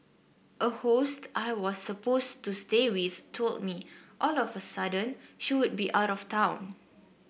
a host I was supposed to stay with told me all of a sudden she would be out of town